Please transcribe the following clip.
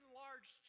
large